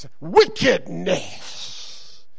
Wickedness